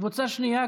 קבוצה שנייה,